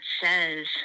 says